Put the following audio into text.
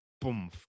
boom